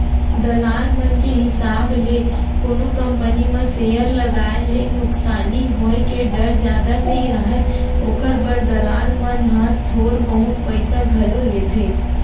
दलाल मन के हिसाब ले कोनो कंपनी म सेयर लगाए ले नुकसानी होय के डर जादा नइ राहय, ओखर बर दलाल मन ह थोर बहुत पइसा घलो लेथें